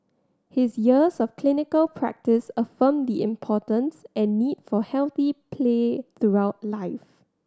his years of clinical practice affirmed the importance and need for healthy play throughout life